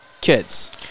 kids